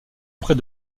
auprès